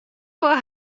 foar